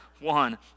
one